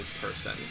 person